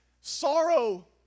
sorrow